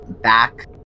back